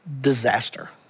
disaster